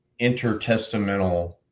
intertestamental